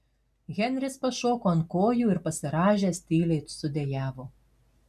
henris pašoko ant kojų ir pasirąžęs tyliai sudejavo